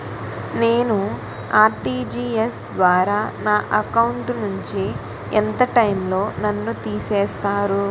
నేను ఆ.ర్టి.జి.ఎస్ ద్వారా నా అకౌంట్ నుంచి ఎంత టైం లో నన్ను తిసేస్తారు?